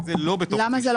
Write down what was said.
זה לא ב-9%?